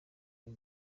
uyu